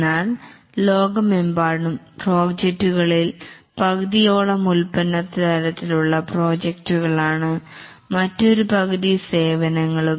എന്നാൽ ലോകമെമ്പാടും ഉം പ്രോജക്ടുകളിൽ പകുതിയോളം ഉൽപ്പന്ന തരത്തിലുള്ള പ്രോജക്ടുകളാണ് മറ്റൊരു പകുതി സേവനങ്ങളും